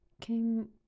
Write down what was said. came